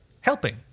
helping